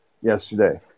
yesterday